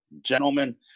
gentlemen